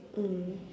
mm